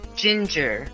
ginger